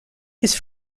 his